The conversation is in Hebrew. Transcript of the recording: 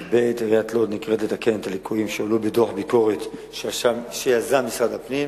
עיריית לוד נקראת לתקן את הליקויים שעלו בדוח ביקורת שיזם משרד הפנים.